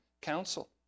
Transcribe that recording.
council